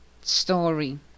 story